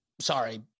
sorry